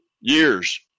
years